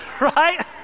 right